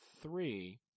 three